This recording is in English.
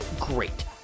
great